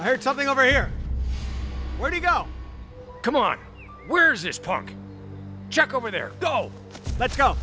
i heard something over here where you go come on where's this park check over there go let's go